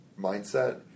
mindset